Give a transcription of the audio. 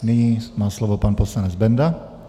Nyní má slovo pan poslanec Benda.